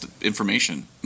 information